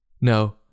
No